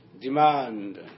demand